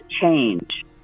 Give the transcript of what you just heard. change